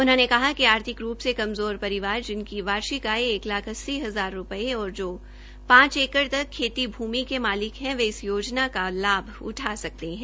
उन्होंने कहा कि आर्थिक रूप से कमजोर परिवार जिनकी वार्षिक आय एक लाख अस्सी हजार रूपये और जो पांच एकड़ तक खेती के मालिक हे वे इस योजना का लाभ उठा सकते है